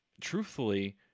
truthfully